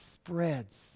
Spreads